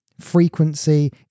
frequency